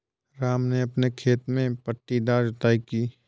राम ने अपने खेत में पट्टीदार जुताई की